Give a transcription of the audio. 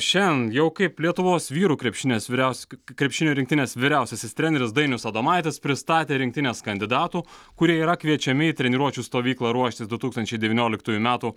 šiam jau kaip lietuvos vyrų krepšinės vyriausk krepšinio rinktinės vyriausiasis treneris dainius adomaitis pristatė rinktinės kandidatų kurie yra kviečiami į treniruočių stovyklą ruoštis du tūkstančiai devyniolktųjų metų